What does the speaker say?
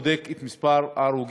אני בודק את מספר ההרוגים